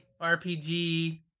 RPG